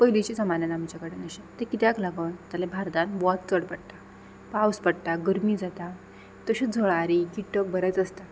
पयलींची जमान्यान आमचे कडेन अशे तें कित्याक लागून जाल्या भारतांत वत चड पडटा पावस पडटा गर्मी जाता तश्यो झळारी किटक बरेच आसता